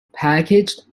packaged